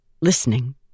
listening